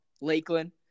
Lakeland